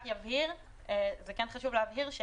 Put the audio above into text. כן חשוב להבהיר,